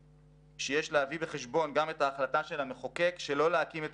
שיש להביא בחשבון גם את ההחלטה של המחוקק שלא להקים את